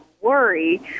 worry